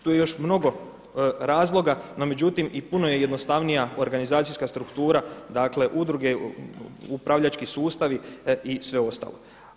Tu je još mnogo razloga no međutim i puno je jednostavnija organizacijska struktura dakle udruge, upravljački sustavi i sve ostalo.